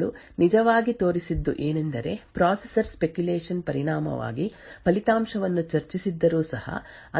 ಈಗ ಈ ಹೊಸ ದಾಳಿಗಳು ನಿಜವಾಗಿ ತೋರಿಸಿದ್ದು ಏನೆಂದರೆ ಪ್ರೊಸೆಸರ್ ಸ್ಪೆಕ್ಯುಲೇಶನ್ ಪರಿಣಾಮವಾಗಿ ಫಲಿತಾಂಶವನ್ನು ಚರ್ಚಿಸಿದ್ದರೂ ಸಹ